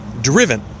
driven